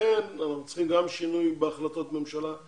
אנחנו צריכים גם שינוי בהחלטות ממשלה,